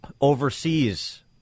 overseas